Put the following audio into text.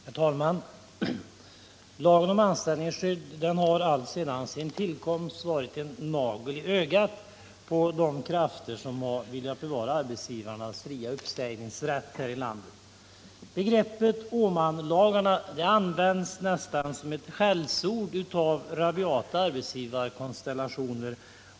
Herr talman! Lagen om anställningsskydd har alltsedan sin tillkomst varit en nagel i ögat på de krafter som har velat bevara arbetsgivarnas fria uppsägningsrätt här i landet. Begreppet Åmanlagarna används nästan som ett skällsord av rabiata arbetsgivarkonstellationer.